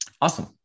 awesome